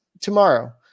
tomorrow